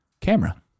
camera